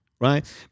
Right